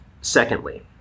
Secondly